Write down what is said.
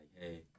hey